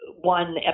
One